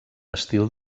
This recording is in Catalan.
estil